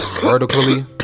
vertically